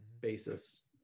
basis